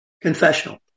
confessional